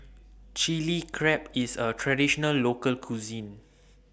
Chilli Crab IS A Traditional Local Cuisine